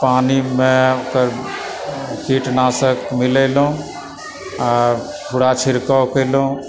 पानीमे कीटनाशक मिलयलेहुँ आ पूरा छिड़काव कयलहुँ